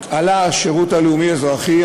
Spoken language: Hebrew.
עלה השירות הלאומי-אזרחי.